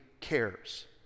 cares